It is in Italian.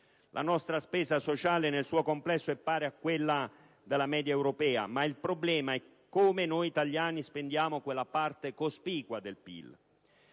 La nostra spesa sociale nel suo complesso è pari alla media europea, ma il problema è come noi italiani spendiamo quella parte cospicua del PIL.